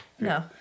No